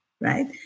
right